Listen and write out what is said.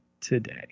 today